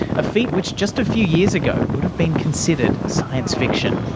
a feat which just a few years ago would have been considered science fiction.